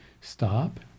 Stop